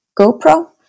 GoPro